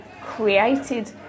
created